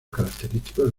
característicos